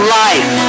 life